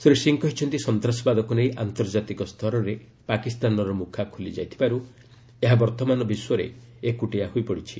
ଶ୍ରୀ ସିଂ କହିଛନ୍ତି ସନ୍ତାସବାଦକୁ ନେଇ ଆନ୍ତର୍ଜାତିକ ସ୍ତରରେ ପାକିସ୍ତାନର ମୁଖା ଖୋଲିଯାଇଥିବାରୁ ଏହା ବର୍ତ୍ତମାନ ବିଶ୍ୱରେ ଏକୁଟିଆ ହୋଇପଡ଼ିଛି